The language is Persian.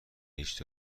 هیچ